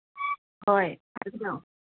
ꯍꯣꯏ